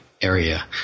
area